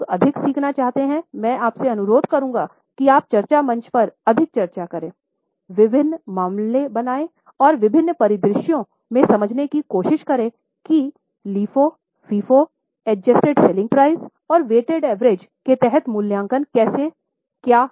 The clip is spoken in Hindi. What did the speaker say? जो लोग अधिक सीखना चाहते हैं मैं आपसे अनुरोध करूंगा कि आप चर्चा मंच पर अधिक चर्चा करें विभिन्न मामले बनाएं और विभिन्न परिदृश्यों में समझने की कोशिश करें कि LIFO FIFO adjusted selling price के तहत मूल्यांकन कैसे क्या हैं